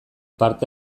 parte